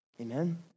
Amen